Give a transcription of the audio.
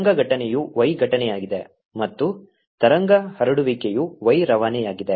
ತರಂಗ ಘಟನೆಯು y ಘಟನೆಯಾಗಿದೆ ಮತ್ತು ತರಂಗ ಹರಡುವಿಕೆಯು y ರವಾನೆಯಾಗಿದೆ